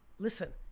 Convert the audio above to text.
listen,